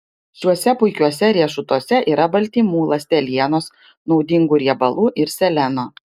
šiuose puikiuose riešutuose yra baltymų ląstelienos naudingų riebalų ir seleno